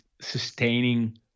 sustaining